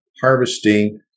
harvesting